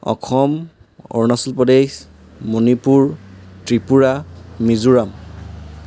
Assam Arunachal Pradesh Manipur Tripura Mizoram